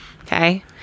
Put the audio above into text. okay